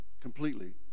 completely